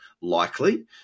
likely